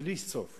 יש אין-סוף